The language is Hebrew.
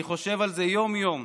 אני חושב על זה יום יום.